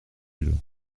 elles